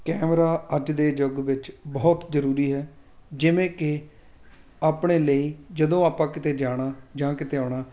camera ਅੱਜ ਦੇ ਯੁੱਗ ਵਿੱਚ ਬਹੁਤ ਜ਼ਰੂਰੀ ਹੈ ਜਿਵੇਂ ਕਿ ਆਪਣੇ ਲਈ ਜਦੋਂ ਆਪਾਂ ਕਿਤੇ ਜਾਣਾ ਜਾਂ ਕਿਤੇ ਆਉਣਾ